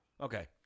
Okay